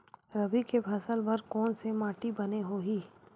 रबी के फसल बर कोन से माटी बने होही?